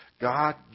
God